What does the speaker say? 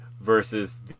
versus